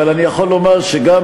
אבל אני יכול לומר שגם,